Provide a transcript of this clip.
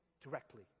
directly